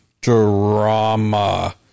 Drama